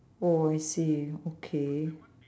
oh I see okay